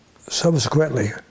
subsequently